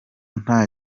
nta